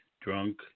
drunk